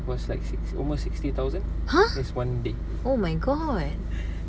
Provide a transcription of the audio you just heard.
!huh! oh my god